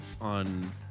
on –